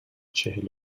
چهل